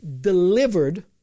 delivered